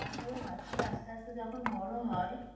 তারপরে বাচ্চারা আস্তে আস্তে যখন বড়ো হয়